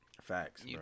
Facts